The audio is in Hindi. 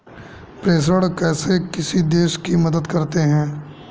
प्रेषण कैसे किसी देश की मदद करते हैं?